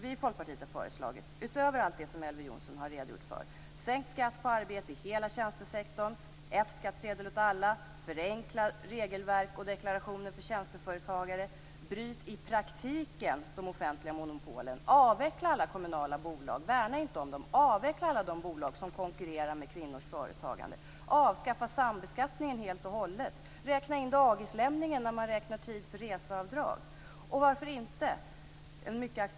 Vi i Folkpartiet har, utöver allt det som Elver Jonsson har redogjort för, föreslagit: sänkt skatt på arbete i hela tjänstesektorn, F-skattsedel åt alla, förenklat regelverk och förenklade deklarationer för tjänsteföretagare. Bryt i praktiken de offentliga monopolen! Avveckla alla kommunala bolag! Värna inte om dem, avveckla alla de bolag som konkurrerar med kvinnors företagande. Avskaffa sambeskattningen helt och hållet! Ta med dagislämningen när tiden för reseavdrag beräknas! Varför inte ändra bostadsbidragen?